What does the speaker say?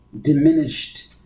diminished